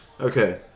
Okay